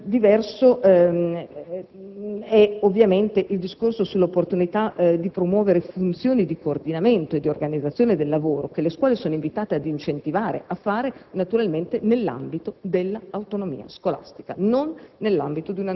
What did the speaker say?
Diverso è ovviamente il discorso sull'opportunità di promuovere funzioni di coordinamento e di organizzazione del lavoro che le scuole sono invitate ad incentivare, naturalmente nell'ambito dell'autonomia scolastica